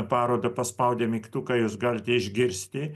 parodą paspaudę mygtuką jūs galite išgirsti